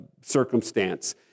circumstance